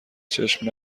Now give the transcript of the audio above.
چشم